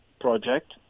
project